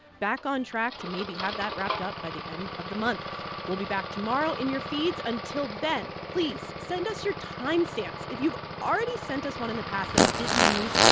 back on track to maybe have that wrapped up by the end of the month we'll be back tomorrow in your feeds. until then, please send us your time stamps. if you've already sent us one in the past that we didn't use,